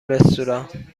رستوران